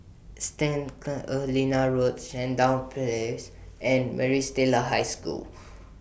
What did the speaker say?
Saint Helena Road Sandown Place and Maris Stella High School